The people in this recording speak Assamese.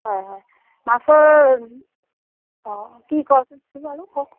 হয় হয় মাছৰ অঁ কি ক'চোন বাৰু কওক